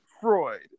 Freud